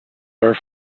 are